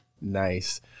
Nice